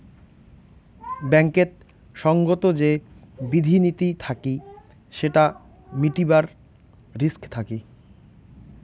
ব্যাঙ্কেত সঙ্গত যে বিধি নীতি থাকি সেটা মিটাবার রিস্ক থাকি